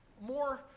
more